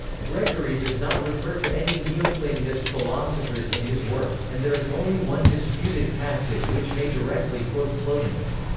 gregory does not refer to any neoplatonist philosophers in his work, and there is only one disputed passage which may directly quote plotinus.